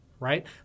Right